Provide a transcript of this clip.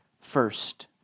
first